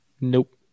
Nope